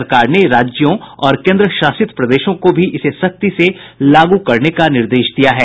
सरकार ने राज्यों और केन्द्र शासित प्रदेशों को भी इसे सख्ती से लागू कराने का निर्देश दिया है